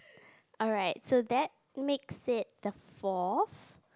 alright so that makes it the fourth